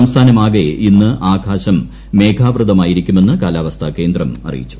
സംസ്ഥാനമാകെ ഇന്ന് ആകാശം മേഘാവൃതമായിരിക്കുമെന്ന് കാലാവസ്ഥാ കേന്ദ്രം അറിയിച്ചു